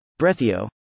Brethio